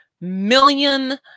million